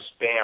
spam